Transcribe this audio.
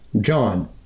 John